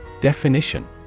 Definition